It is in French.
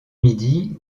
midi